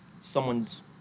someone's